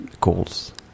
goals